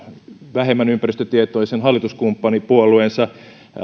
vähemmän ympäristötietoisen hallituskumppanipuolueensa